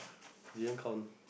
didn't count